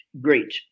great